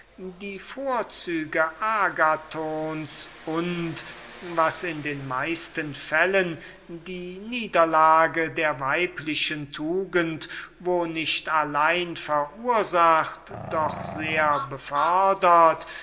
die vorzüge agathons und was in den meisten fällen die niederlage der weiblichen tugend wo nicht allein verursacht doch